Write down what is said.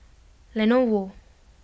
Lenovo